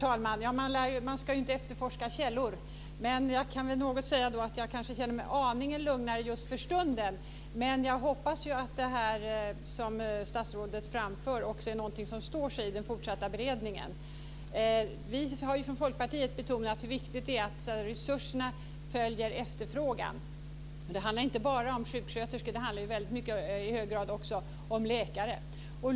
Herr talman! Man ska ju inte efterforska källor. Jag kan väl säga att jag känner mig aningen lugnare just för stunden. Men jag hoppas att det som statsrådet framför också är något som står sig i den fortsatta beredningen. Vi har ju från Folkpartiet betonat hur viktigt det är att resurserna följer efterfrågan. Det handlar inte bara om sjuksköterskor. Det handlar i väldigt hög grad också om läkare.